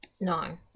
No